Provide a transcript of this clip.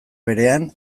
berean